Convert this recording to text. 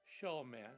showman